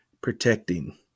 protecting